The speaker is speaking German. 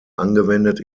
angewendet